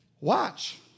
Watch